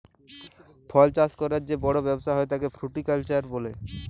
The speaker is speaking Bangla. ফল চাষ ক্যরার যে বড় ব্যবসা হ্যয় তাকে ফ্রুটিকালচার বলে